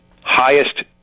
highest